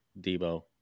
Debo